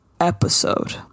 episode